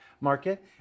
market